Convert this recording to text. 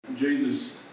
Jesus